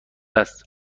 است